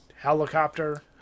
helicopter